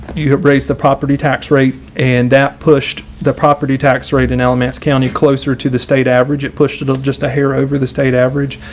you appraise the property tax rate, and that pushed the property tax rate in alamance county closer to this state average, it pushed it up just a hair over the state average.